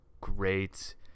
great